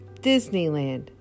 Disneyland